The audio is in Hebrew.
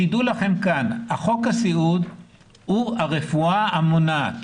תדעו לכם שחוק הסיעוד הוא הרפואה המונעת.